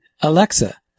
Alexa